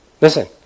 Listen